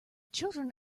children